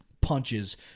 punches